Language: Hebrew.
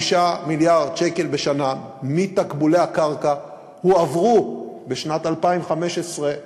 5 מיליארד שקל בשנה מתקבולי הקרקע הועברו בשנת 2015,